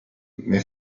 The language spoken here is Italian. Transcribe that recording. nel